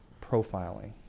profiling